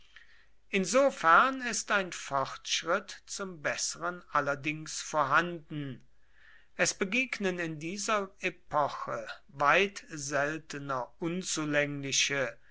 insofern ist ein fortschritt zum besseren allerdings vorhanden es begegnen in dieser epoche weit seltener unzulängliche